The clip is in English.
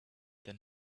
then